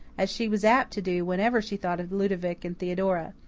as she was apt to do whenever she thought of ludovic and theodora.